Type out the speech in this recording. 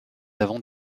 avons